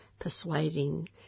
persuading